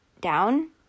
down